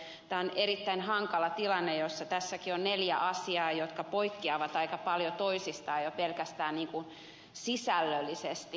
tämä on erittäin hankala tilanne jossa tässäkin on neljä asiaa jotka poikkeavat aika paljon toisistaan jo pelkästään sisällöllisesti